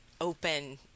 open